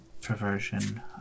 perversion